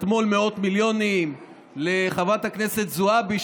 אתמול מאות מיליונים לחברת הכנסת זועבי,